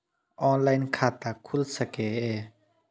Online खाता खुल सके ये?